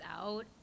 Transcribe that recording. out